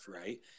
right